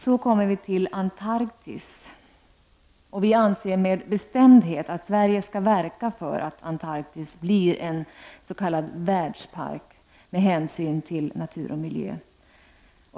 Så kommer vi till Antarktis. Vi anser med bestämdhet att Sverige skall verka för att Antarktis blir en s.k. världspark, med hänsyn till natur och miljö.